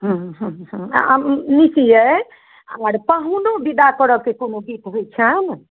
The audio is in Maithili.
हम्म हम्म हम्म आ मीत यै आओर पाहुनोके विदा करयके कोनो गीत होइत छैन्ह